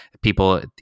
people